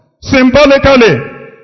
Symbolically